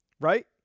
right